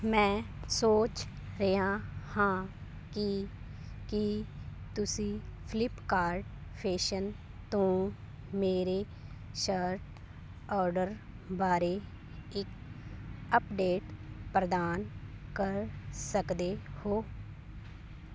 ਮੈਂ ਸੋਚ ਰਿਹਾ ਹਾਂ ਕਿ ਕੀ ਤੁਸੀਂ ਫਲਿੱਪਕਾਰਟ ਫੈਸ਼ਨ ਤੋਂ ਮੇਰੇ ਸ਼ਰਟ ਔਡਰ ਬਾਰੇ ਇੱਕ ਅਪਡੇਟ ਪ੍ਰਦਾਨ ਕਰ ਸਕਦੇ ਹੋ